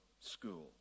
school